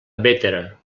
bétera